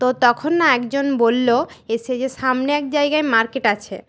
তো তখন একজন বললো এসে যে সামনে এক জায়গায় মার্কেট আছে